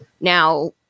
now